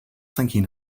thinking